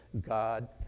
God